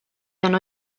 hanno